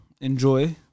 enjoy